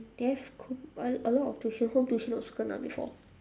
a a lot of tuition home tuition also kena before